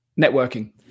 networking